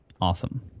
awesome